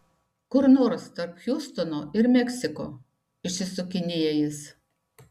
kur nors tarp hjustono ir meksiko išsisukinėja jis